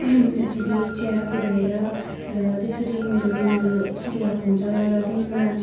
यसरी चिया पिलाएर र त्यसरी मेरो दिनको यो सुरुआत हुन्छ र दिनमा